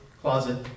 closet